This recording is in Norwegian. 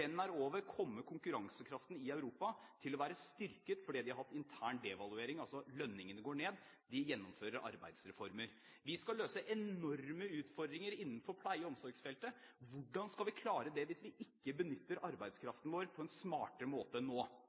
den er over, kommer konkurransekraften i Europa til å være styrket fordi de har hatt intern devaluering, lønningene går altså ned, og de gjennomfører arbeidsreformer. Vi skal løse enorme utfordringer innenfor pleie- og omsorgsfeltet. Hvordan skal vi klare det hvis vi ikke benytter arbeidskraften vår på en smartere måte enn nå?